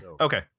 Okay